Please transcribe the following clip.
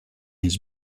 his